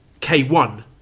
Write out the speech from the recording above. K1